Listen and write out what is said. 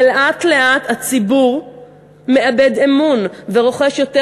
ולאט-לאט הציבור מאבד אמון ורוכש יותר